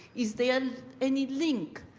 is there any link,